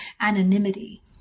anonymity